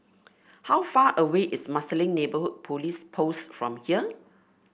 how far away is Marsiling Neighbourhood Police Post from here